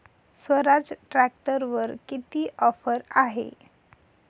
स्वराज ट्रॅक्टरवर किती ऑफर आहे?